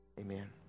amen